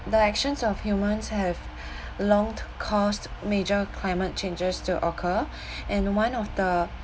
the actions of humans have longed caused major climate changes to occur in one of the